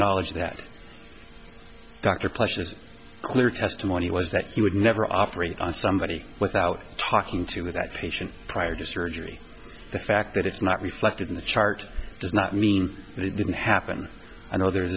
acknowledge that thakur plus is clear testimony was that he would never operate on somebody without talking to that patient prior to surgery the fact that it's not reflected in the chart does not mean that it didn't happen i know there's